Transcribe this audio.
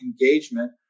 engagement